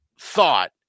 thought